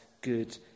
good